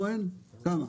כהן, כמה?